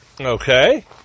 Okay